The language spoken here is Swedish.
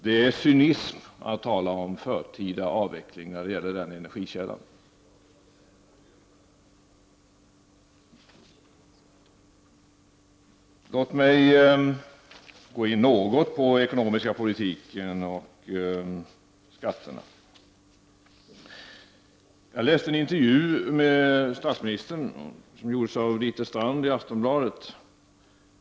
Det är cynism att tala om förtida avveckling när det gäller den energikällan. Låt mig så gå in något på den ekonomiska politiken och skatterna. Jag läste en intervju med statsministern som gjordes av Dieter Strand i Aftonbladet.